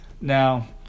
Now